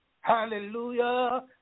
hallelujah